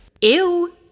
Ew